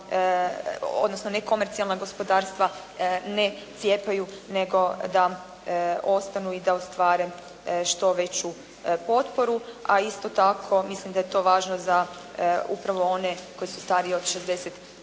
odnosno ne komercijalna gospodarstva ne cijepaju nego da ostanu i da ostvare što veću potporu, a isto tako milim da je to važno za upravo one koji su stariji od 65 godina,